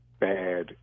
bad